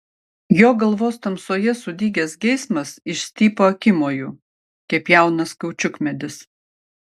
jo galvos tamsoje sudygęs geismas išstypo akimoju kaip jaunas kaučiukmedis